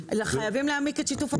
חייבים להעמיק את שיתוף הפעולה.